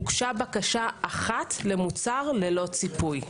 הוגשה בקשה אחת למוצר ללא ציפוי.